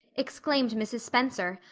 exclaimed mrs. spencer,